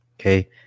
okay